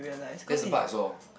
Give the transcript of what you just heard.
that's the part I saw